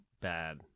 bad